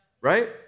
Right